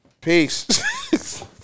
Peace